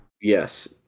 Yes